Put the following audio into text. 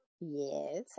Yes